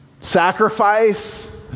sacrifice